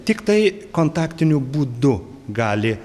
tiktai kontaktiniu būdu gali